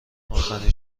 آخرین